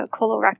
colorectal